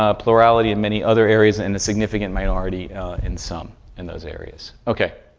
ah plurality in many other areas, and a significant minority in some in those areas. okay.